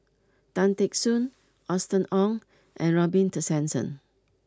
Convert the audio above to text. Tan Teck Soon Austen Ong and Robin Tessensohn